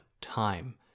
time